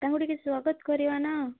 ତାଙ୍କୁ ଟିକେ ସ୍ୱାଗତ କରିବା ନା